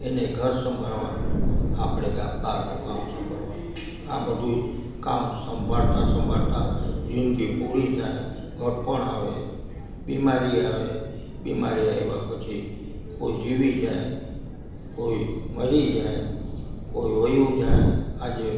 તેને ઘર સંભાળવાનું આપણે ઘર બહારનું કામ સંભાળવાનું આ બધુંય કામ સંભાળતા સંભાળતા જિંદગી પૂરી થાય ઘડપણ આવે બીમારી આવે બીમારી આવ્યાં પછી કોઈ જીવી જાય કોઈ મરી જાય કોય ચાલ્યું જાય આજે